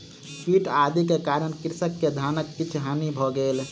कीट आदि के कारण कृषक के धानक किछ हानि भ गेल